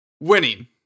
Winning